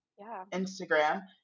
Instagram